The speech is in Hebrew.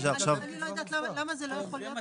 אני לא יודעת למה זה לא יכול להיות